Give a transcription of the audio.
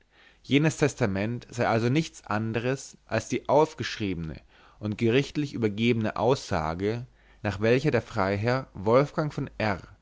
jenes testament sei also nichts anders als die aufgeschriebene und gerichtlich übergebene aussage nach welcher der freiherr wolfgang von r